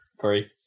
three